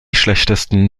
schlechtesten